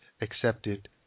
accepted